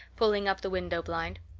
pulling up the window blind.